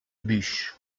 buch